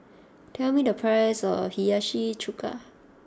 tell me the price of Hiyashi chuka